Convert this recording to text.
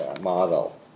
model